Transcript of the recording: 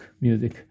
music